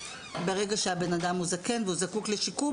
ברגע שהבן אדם הוא זקן וזקוק לשיקום.